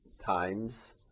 times